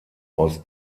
aus